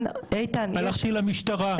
הלכתי למשטרה.